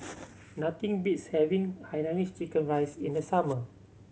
nothing beats having Hainanese chicken rice in the summer